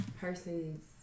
person's